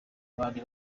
bari